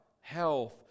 Health